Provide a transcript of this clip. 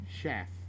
Chef